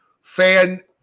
fan